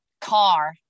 car